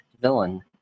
villain